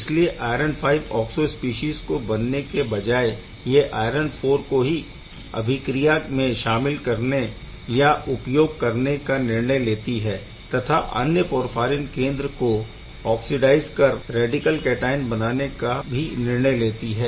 इसलिए iron V oxo species को बनने के बजाय यह आयरन IV को ही अभिक्रिया में शामिल करने या उपयोग करने का निर्णय लेती है तथा अन्य पोरफ़ाईरिन केंद्र को ओक्सीडाइज़ कर रैडिकल कैटआयन बनाने का भी निर्णय लेती है